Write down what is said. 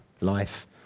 life